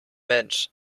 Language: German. mensch